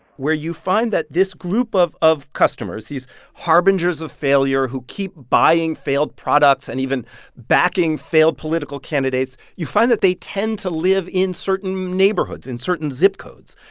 where you find that this group of of customers, these harbingers of failure who keep buying failed products and even backing failed political candidates, you find that they tend to live in certain neighborhoods, in certain zip codes.